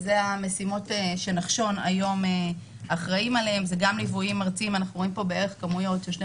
החלק הראשון זה התאמת מסלולי